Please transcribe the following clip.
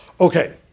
Okay